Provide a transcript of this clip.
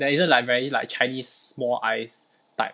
there isn't like very like chinese small eyes type